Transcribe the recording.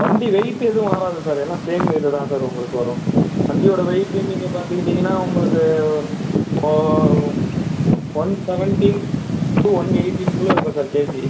வண்டி வெயிட் எதுவும் மாறாது சார் எல்லாம் சேம் வெயிட்டு தான் சார் உங்களுக்கு வரும் வண்டியோடய வெயிட்டுன்னு நீங்கள் பார்த்துக்கிட்டிங்கனா உங்களுக்கு இப்போ ஒன் செவன்ட்டீன் டூ ஒன் எயிட்டீன்குள்ளே இருக்கும் சார் கேஜி